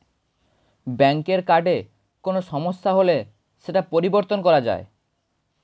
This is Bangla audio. ব্যাঙ্কের কার্ডে কোনো সমস্যা হলে সেটা পরিবর্তন করা যায়